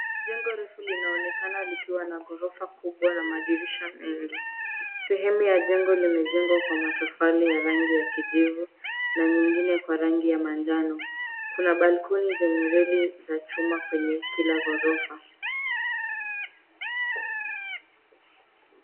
Jengo refu linaonekana likiwa na ghorofa kubwa na madirisha mengi. Sehemu ya jengo limejengwa kwa matofali ya rangi ya kijivu na nyingine kwa rangi ya manjano. Kuna balcony zenye reli za chuma kwenye kila ghorofa.